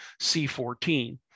C14